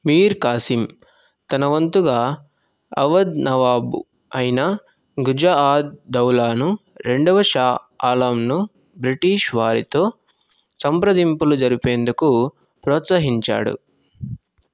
మీర్ ఖాసీం తన వంతుగా అవధ్ నవాబు అయిన గుజా ఆద్ దౌలాను రెండవ షా ఆలంను బ్రిటిష్ వారితో సంప్రదింపులు జరిపేందుకు ప్రోత్సహించాడు